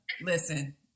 listen